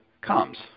comes